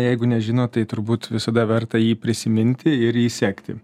jeigu nežino tai turbūt visada verta jį prisiminti ir jį sekti